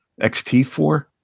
XT4